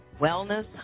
Wellness